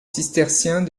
cisterciens